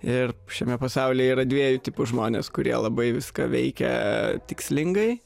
ir šiame pasaulyje yra dviejų tipų žmonės kurie labai viską veikia tikslingai